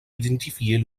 identifier